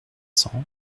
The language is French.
cents